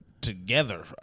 Together